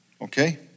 Okay